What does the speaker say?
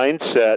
mindset